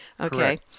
okay